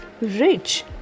rich